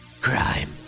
Crime